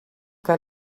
que